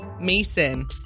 Mason